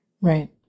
Right